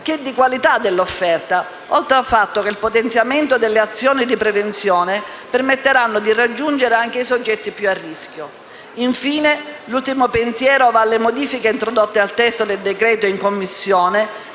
che di qualità dell'offerta, oltre al fatto che il potenziamento delle azioni di prevenzione permetteranno di raggiungere anche i soggetti più a rischio. Infine, l'ultimo pensiero va alle modifiche introdotte al testo del decreto-legge in Commissione;